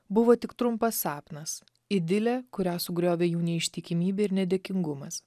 buvo tik trumpas sapnas idilė kurią sugriovė jų neištikimybė ir nedėkingumas